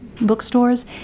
bookstores